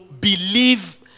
believe